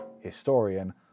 historian